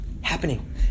happening